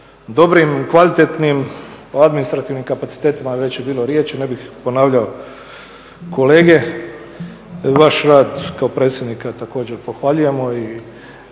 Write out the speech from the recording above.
dobrim, kvalitetnim. O administrativnim kapacitetima već je bilo riječi, ne bih ponavljao kolege. Vaš rad kao predsjednika također pohvaljujemo i